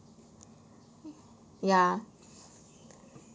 ya